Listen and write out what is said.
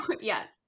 yes